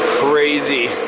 crazy.